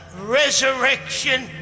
resurrection